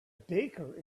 baker